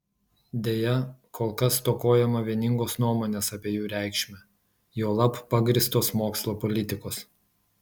deja kol kas stokojama vieningos nuomonės apie jų reikšmę juolab pagrįstos mokslo politikos